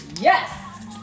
Yes